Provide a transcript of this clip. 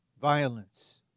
Violence